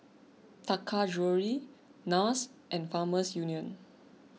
Taka Jewelry Nars and Farmers Union